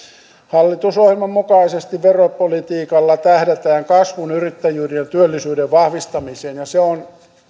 hallitusohjelman mukaisesti veropolitiikalla tähdätään kasvun yrittäjyyden ja työllisyyden vahvistamiseen ja se on